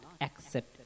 accept